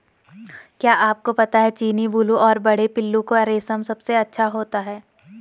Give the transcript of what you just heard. क्या आपको पता है चीनी, बूलू और बड़े पिल्लू का रेशम सबसे अच्छा होता है?